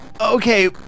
okay